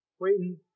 waiting